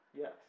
Yes